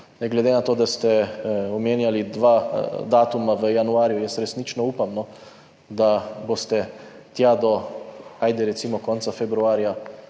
Glede na to, da ste omenjali dva datuma v januarju, resnično upam, da boste tja do recimo konca februarja